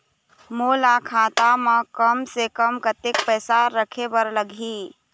मोला खाता म कम से कम कतेक पैसा रखे बर लगही?